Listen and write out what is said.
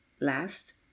Last